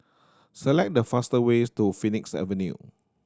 select the faster ways to Phoenix Avenue